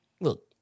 Look